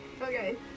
Okay